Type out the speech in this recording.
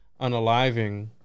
unaliving